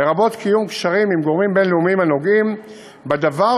לרבות קיום קשרים עם גורמים בין-לאומיים הנוגעים בדבר,